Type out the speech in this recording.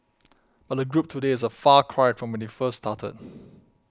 but the group today is a far cry from when it first started